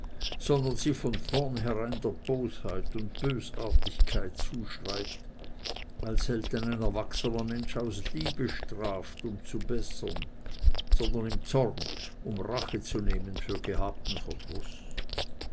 sondern sie von vorneherein der bosheit und bösartigkeit zuschreibt weil selten ein erwachsener mensch aus liebe straft um zu bessern sondern im zorn um rache zu nehmen für gehabten